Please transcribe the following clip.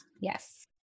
Yes